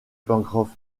pencroff